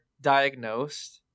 diagnosed